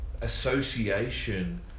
association